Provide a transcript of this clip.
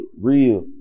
real